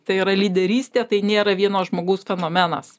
tai yra lyderystė tai nėra vieno žmogaus fenomenas